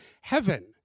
Heaven